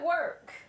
work